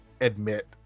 admit